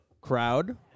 Crowd